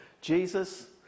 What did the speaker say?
Jesus